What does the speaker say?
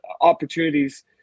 opportunities